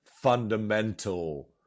fundamental